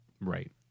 Right